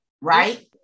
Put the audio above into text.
right